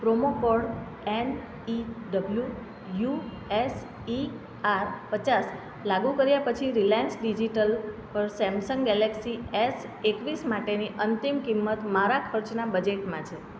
promo code N E W U S E R પચાસ લાગુ કર્યા પછી રિલાયન્સ ડિજિટલ પર સેમસંગ ગેલેક્સી એસ એકવીસ માટેની અંતિમ કિંમત મારા ખર્ચનાં બજેટમાં છે